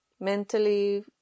mentally